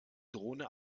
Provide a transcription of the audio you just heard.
drohne